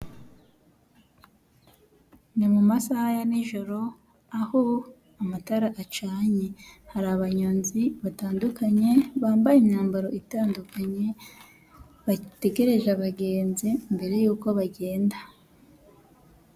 Ni mu masaha ya nijoro aho amatara acanye. Hari abanyonzi batandukanye bambaye imyambaro itandukanye, bategereje abagenzi mbere yuko bagenda.